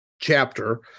chapter